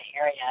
area